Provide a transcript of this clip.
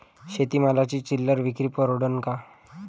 शेती मालाची चिल्लर विक्री परवडन का?